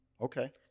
Okay